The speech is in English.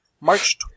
March